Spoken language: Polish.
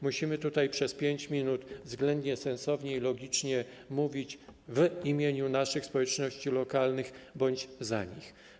Musimy przez 5 minut względnie sensownie i logicznie mówić w imieniu naszych społeczności lokalnych bądź za nie.